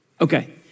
Okay